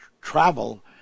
travel